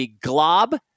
GLOB